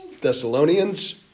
Thessalonians